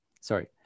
Sorry